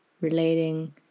relating